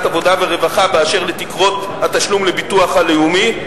העבודה והרווחה באשר לתקרות התשלום לביטוח הלאומי.